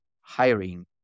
hiring